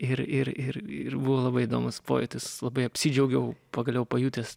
ir ir ir ir buvo labai įdomus pojūtis labai apsidžiaugiau pagaliau pajutęs